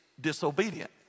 disobedient